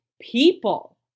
people